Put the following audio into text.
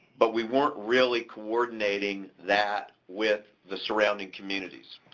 but we weren't really coordinating that with the surrounding communities.